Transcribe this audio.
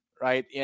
right